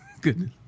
Goodness